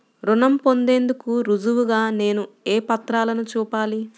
రుణం పొందేందుకు రుజువుగా నేను ఏ పత్రాలను చూపాలి?